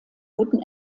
guten